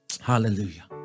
Hallelujah